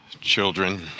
Children